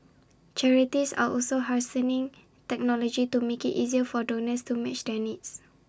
charities are also harnessing technology to make IT easier for donors to match their needs